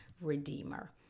redeemer